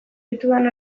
ditudan